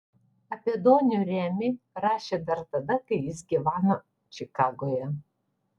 apie donių remį rašė dar tada kai jis gyveno čikagoje